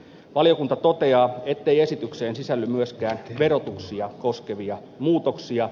valiokunta toteaa ettei esitykseen sisälly myöskään verotuksia koskevia muutoksia